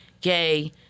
gay